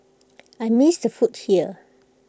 I miss the food here